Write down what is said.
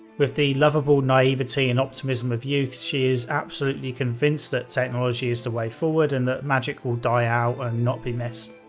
with the lovable naivety and optimism of youth, she is absolutely convinced that technology is the way forward and that magick will die out and not be missed.